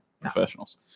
Professionals